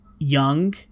young